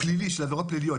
פלילי של עברות פליליות.